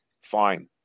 fine